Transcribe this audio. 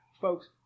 Folks